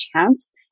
chance